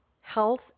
health